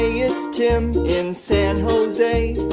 it's tim in san jose.